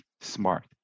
smart